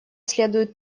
следует